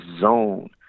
zone